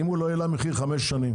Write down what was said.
אם הוא לא העלה מחיר חמש שנים,